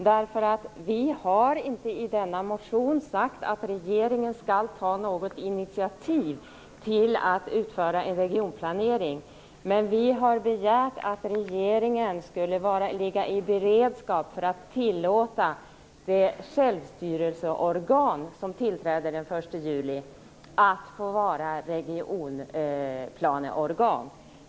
Vi har alltså inte i denna motion sagt att regeringen skall ta något initiativ till att utföra en regionplanering, men vi har begärt att regeringen skall ligga i beredskap för att tillåta det självstyrelseorgan som tillträder den 1 juli att få vara regionplaneorgan.